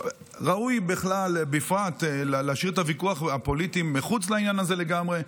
ראוי בפרט להשאיר את הוויכוח הפוליטי מחוץ לעניין הזה לגמרי.